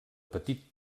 petit